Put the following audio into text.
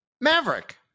Maverick